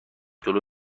جلو